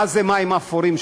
מה זה מים אפורים?